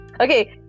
Okay